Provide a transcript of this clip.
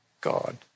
God